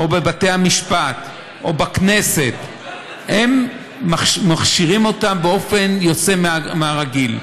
בבתי-המשפט או בכנסת הם מכשירים אותם באופן יוצא מגדר הרגיל.